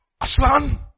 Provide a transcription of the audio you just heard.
Aslan